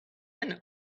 and